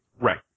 Right